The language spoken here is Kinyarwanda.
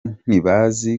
ntibazi